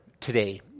today